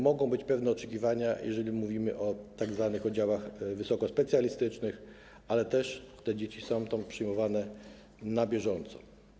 Mogą być pewne oczekiwania, jeżeli mówimy o tzw. oddziałach wysoko specjalistycznych, ale też te dzieci są tam przyjmowane na bieżąco.